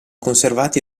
conservati